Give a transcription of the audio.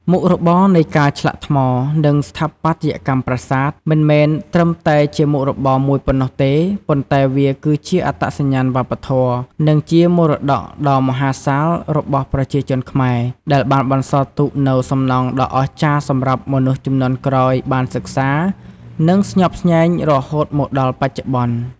មុខរបរនៃការឆ្លាក់ថ្ម និងស្ថាបត្យកម្មប្រាសាទ មិនមែនត្រឹមតែជាមុខរបរមួយប៉ុណ្ណោះទេ ប៉ុន្តែវាគឺជាអត្តសញ្ញាណវប្បធម៌ និងជាមរតកដ៏មហាសាលរបស់ប្រជាជនខ្មែរ ដែលបានបន្សល់ទុកនូវសំណង់ដ៏អស្ចារ្យសម្រាប់មនុស្សជំនាន់ក្រោយបានសិក្សា និងស្ញប់ស្ញែងរហូតមកដល់បច្ចុប្បន្ន។